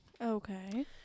Okay